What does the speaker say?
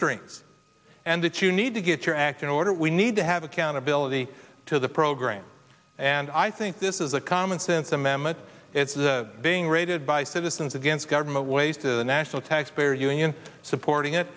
strings and that you need to get your act in order we need to have accountability to the program and i think this is a common sense a mammoth being raided by citizens against government waste the national taxpayers union supporting it